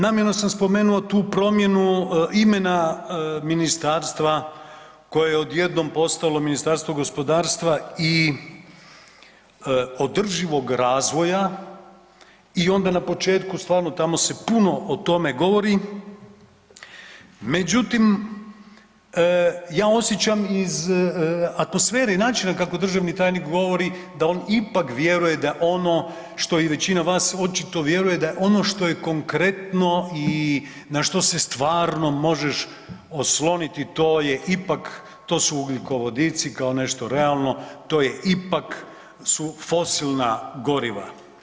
Namjerno sam spomenuo tu promjenu imena ministarstva koje je odjednom postalo Ministarstvo gospodarstva i održivog razvoja i onda na početku stvarno tamo se puno o tome govori, međutim ja osjećam iz atmosfere i načina kako državni tajnik govori da on ipak vjeruje da ono što i većina vas očito vjeruje da je ono što je konkretno i na što se stvarno možeš osloniti to je ipak, to su ugljikovodici kao nešto realno, to je ipak su fosilna goriva.